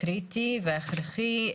הקריטי וההכרחי.